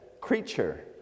creature